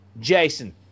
Jason